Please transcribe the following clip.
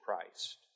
Christ